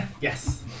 yes